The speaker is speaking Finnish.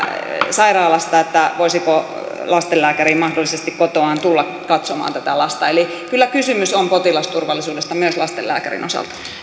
sairaalasta että voisiko lastenlääkäri mahdollisesti kotoaan tulla katsomaan tätä lasta eli kyllä kysymys on potilasturvallisuudesta myös lastenlääkärin osalta